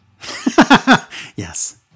Yes